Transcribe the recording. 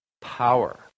power